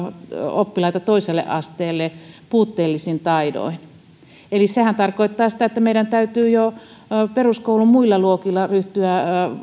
oppilaita toiselle asteelle puutteellisin taidoin eli sehän tarkoittaa sitä että meidän täytyy jo peruskoulun muilla luokilla ryhtyä